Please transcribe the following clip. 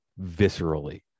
viscerally